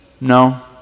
No